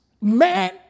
Man